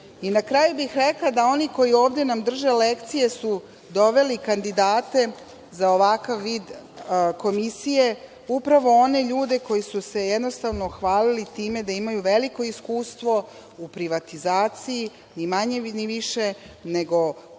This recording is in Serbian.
kraju bih rekla da oni koji nam ovde drže lekcije su doveli kandidate za ovakav vid Komisije upravo one ljude koji su se jednostavno hvalili time da imaju veliko iskustvo u privatizaciji ni manje ni više nego